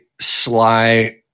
Sly